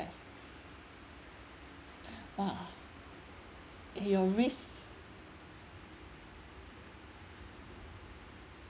!wah! eh your risk